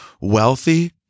wealthy